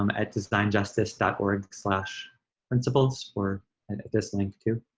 um at designjusticene dot org slash principles or and at this link too.